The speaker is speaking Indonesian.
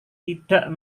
tidak